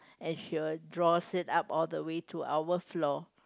and he will draw it up all they way to our floor